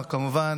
וכמובן,